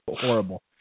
horrible